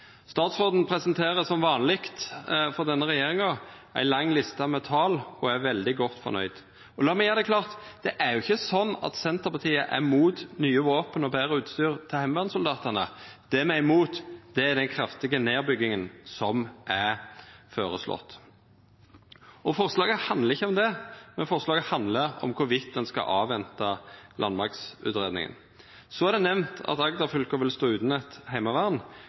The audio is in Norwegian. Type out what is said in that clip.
Statsråden presenterer som vanleg frå denne regjeringa ei lang liste med tal og er veldig godt fornøgd. La meg gjera det klart: Det er ikkje slik at Senterpartiet er mot nye våpen og betre utstyr til heimevernssoldatane. Det me er imot, er den kraftige nedbygginga som er føreslått. Forslaget handlar ikkje om det, men forslaget handlar om ein skal venta på landmaktsutgreiinga. Så er det nemnt at Agder-fylka vil stå utan eit heimevern.